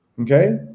Okay